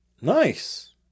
Nice